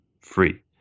free